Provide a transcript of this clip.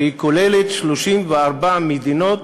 שכוללת 34 מדינות